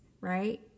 right